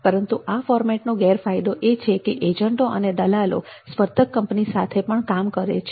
પરંતુ આ ફોર્મેટનો ગેરફાયદો એ છે કે એજન્ટો અને દલાલો સ્પર્ધક કંપની સાથે પણ કામ કરે છે